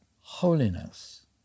holiness